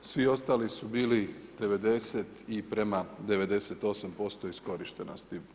Svi ostali su bili 90 i prema 98% iskorištenosti.